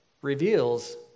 reveals